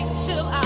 show.